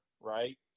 right